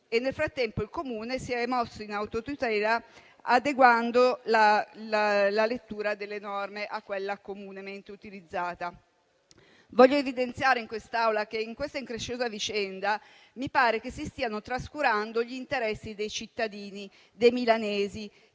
Nel frattempo il Comune si è mosso in autotutela, adeguando la lettura delle norme a quella comunemente utilizzata. Vorrei evidenziare in quest'Aula che in questa incresciosa vicenda mi pare che si stiano trascurando gli interessi dei cittadini, dei milanesi,